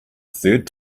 third